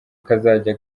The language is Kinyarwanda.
kazajya